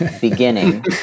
beginning